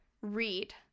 read